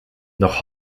noch